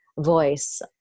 voice